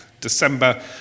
December